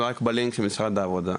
זה רק בלינק של משרד העבודה.